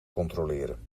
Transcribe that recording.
controleren